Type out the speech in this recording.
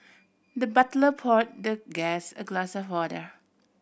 the butler pour the guest a glass of water